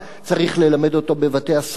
צריך ללמד אותו בבתי-הספר,